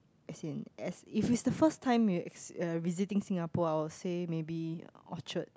as in as if it's the first time you ex~ visiting Singapore I would say maybe Orchard